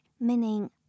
meaning